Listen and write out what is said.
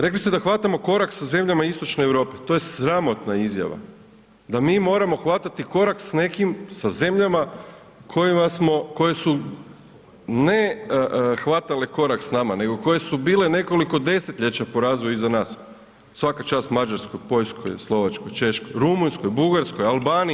Rekli ste da hvatamo korak sa zemljama istočne Europe, to je sramotna izjava da mi moramo hvatati korak s nekim, sa zemljama kojima smo, koje su ne hvatale korak s nama nego koje su bile nekoliko desetljeća po razvoju iza nas, svaka čast Mađarskoj, Poljskoj, Slovačkoj, Češkoj, Rumunjskoj, Bugarskoj, Albaniji.